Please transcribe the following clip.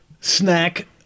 snack